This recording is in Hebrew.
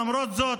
למרות זאת,